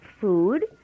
food